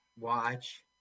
Watch